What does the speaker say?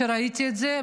כשראיתי את זה.